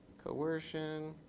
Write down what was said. coercion.